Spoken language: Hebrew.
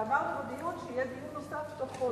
ואמרנו בדיון שיהיה דיון נוסף בתוך חודש.